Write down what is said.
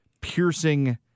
piercing